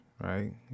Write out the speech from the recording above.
right